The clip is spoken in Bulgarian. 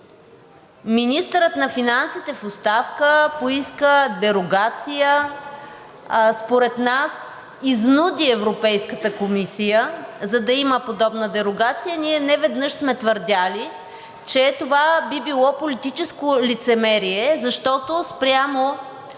министърът на финансите в оставка поиска дерогация. Според нас изнуди Европейската комисия, за да има подобна дерогация, ние неведнъж сме твърдели, че това би било политическо лицемерие, защото спрямо